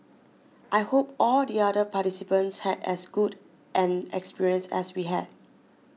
I hope all the other participants had as good an experience as we had